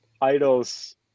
idols